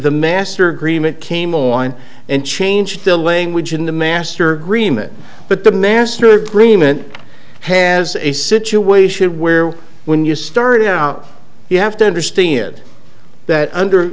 the master agreement came on and changed to language in the master agreement but the master agreement has a situation where when you start out you have to understand that under